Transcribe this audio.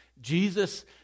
Jesus